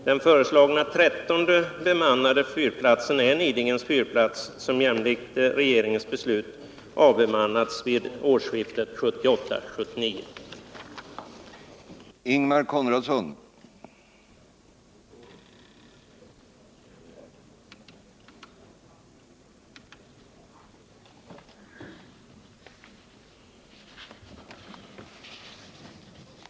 Den föreslagna trettonde bemannade fyrplatsen är Nidingen, vilken — som redan nämnts — enligt regeringens beslut avbemannades vid årsskiftet 1978-1979.